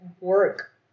work